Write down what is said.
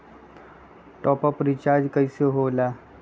Top up recharge कइसे होएला?